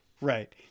Right